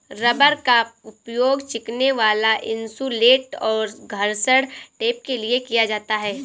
rubber का उपयोग चिपकने वाला इन्सुलेट और घर्षण टेप के लिए किया जाता है